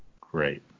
Great